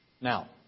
Now